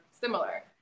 similar